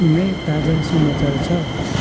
कुनै ताजा समाचार छ